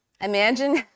Imagine